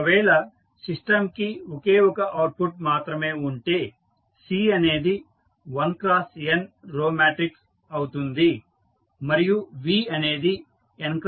ఒకవేళ సిస్టంకి ఒకే ఒక అవుట్పుట్ మాత్రమే ఉంటే C అనేది 1×n రో మాట్రిక్స్ అవుతుంది మరియు V అనేది n×nస్క్వేర్ మాట్రిక్స్